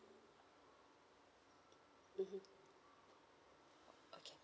mmhmm okay